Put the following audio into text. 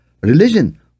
religion